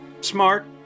smart